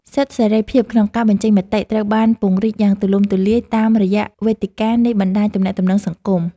សិទ្ធិសេរីភាពក្នុងការបញ្ចេញមតិត្រូវបានពង្រីកយ៉ាងទូលំទូលាយតាមរយៈវេទិកានៃបណ្តាញទំនាក់ទំនងសង្គម។